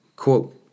Quote